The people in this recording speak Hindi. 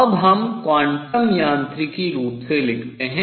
तो अब हम क्वांटम यांत्रिकी रूप से लिखते हैं